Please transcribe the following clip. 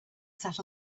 sat